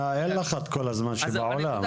אין לך את כל הזמן שבעולם,